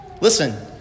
Listen